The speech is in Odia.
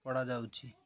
ପଢ଼ାଯାଉଛି